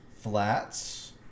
Flats